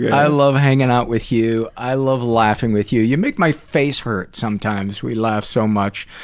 i love hanging out with you, i love laughing with you. you make my face hurt sometimes, we laugh so much.